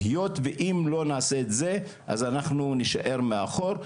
היות ואם לא נעשה את זה אז אנחנו נשאר מאחור,